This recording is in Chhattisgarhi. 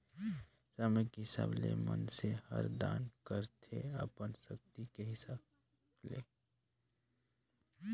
समे के हिसाब ले मइनसे हर दान करथे अपन सक्ति के हिसाब ले